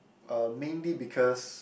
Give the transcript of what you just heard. uh mainly because